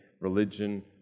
religion